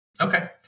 Okay